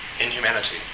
inhumanity